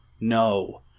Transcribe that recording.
no